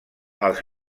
els